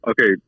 Okay